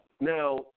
Now